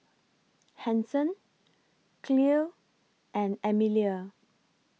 Hanson Clell and Emilia